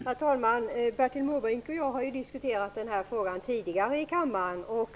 Herr talman! Bertil Måbrink och jag har diskuterat den här frågan tidigare i kammaren.